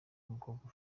umukobwa